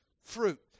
fruit